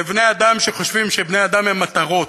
לבני-אדם שחושבים שבני-אדם הם מטרות,